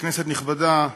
כנסת נכבדה,